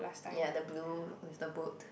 ya the blue with the boat